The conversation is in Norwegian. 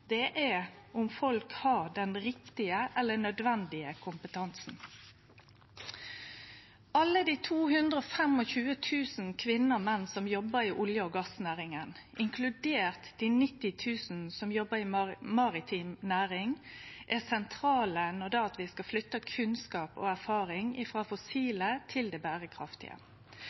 er om folk har den riktige eller nødvendige kompetansen. Alle dei 225 000 kvinner og menn som jobbar i olje- og gassnæringa, inkludert dei 90 000 som jobbar i maritim næring, er sentrale når vi skal flytte kunnskap og erfaring frå det fossile til det berekraftige.